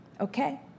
okay